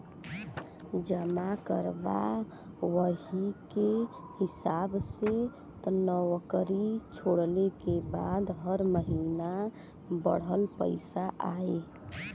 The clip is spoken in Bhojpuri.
जमा करबा वही के हिसाब से नउकरी छोड़ले के बाद हर महीने बंडल पइसा आई